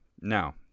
Now